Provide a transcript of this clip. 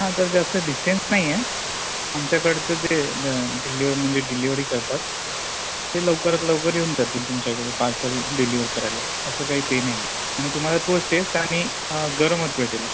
हां तर जास्त डिस्टन्स नाही आहे आमच्याकडचं जे डिलिवर म्हणजे डिलिवरी करतात ते लवकरात लवकर येऊन जातील तुमच्याकडे पार्सल डिलिवर करायला असं काही ते नाही आहे आणि तुम्हाला तोच टेस्ट आणि गरमच भेटेल आहे